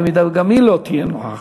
במידה שגם היא לא תהיה נוכחת,